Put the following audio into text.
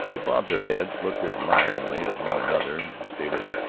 they bobbed their heads, looked admiringly at one another, and stated,